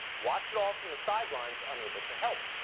watch it all from the sidelines unable to help.